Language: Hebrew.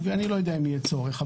ואני לא יודע אם יהיה צורך.